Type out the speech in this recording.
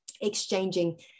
exchanging